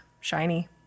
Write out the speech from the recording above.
shiny